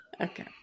Okay